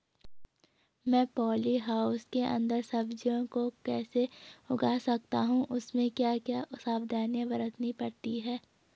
मैं poly house के अन्दर सब्जियों को कैसे उगा सकता हूँ इसमें क्या क्या सावधानियाँ बरतनी पड़ती है?